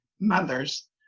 mothers